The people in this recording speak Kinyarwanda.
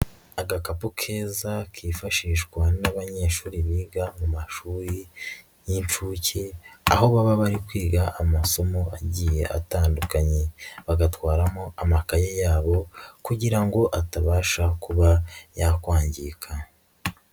Agakapu keza kifashishwa n'abanyeshuri biga mu mashuri y'inshuke aho baba bari kwiga amasomo agiye atandukanye, bagatwaramo amakaye yabo kugira ngo atabasha kuba yakwangika.